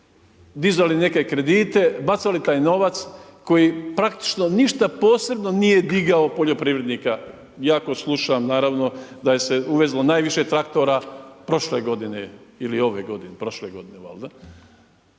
dizali neke kredite, bacali taj novac koji praktično ništa posebno nije digao poljoprivrednika, jako slušam naravno da je se uvezlo najviše traktora prošle godine ili ove godine, prošle godine valjda.